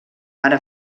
ara